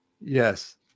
Yes